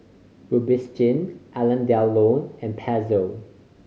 Robitussin Alain Delon and Pezzo